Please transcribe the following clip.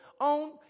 on